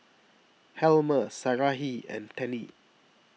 Helmer Sarahi and Tennie